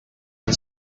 and